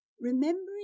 remembering